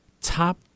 top